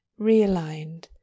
realigned